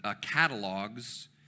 catalogs